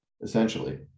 essentially